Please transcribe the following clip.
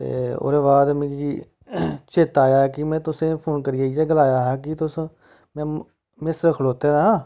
ते उ'दे बाद मिगी चेता आया कि में तुसेंगी फोन करियै इ'यै गलाया ही कि तुस में में मेसर खड़ोते दा आं